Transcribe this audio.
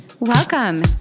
Welcome